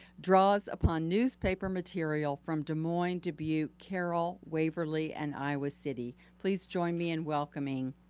draws upon newspaper material from des moines, dubuque, carroll, waverly, and iowa city. please join me in welcoming,